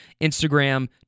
Instagram